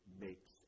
makes